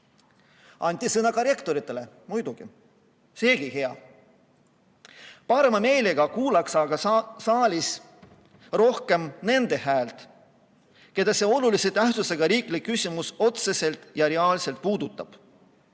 Anti sõna ka rektoritele. Muidugi, seegi hea. Parema meelega kuulaks aga saalis rohkem nende häält, keda see olulise tähtsusega riiklik küsimus otseselt ja reaalselt puudutab.